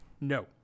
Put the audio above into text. No